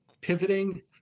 pivoting